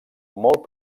molt